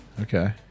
Okay